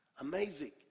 amazing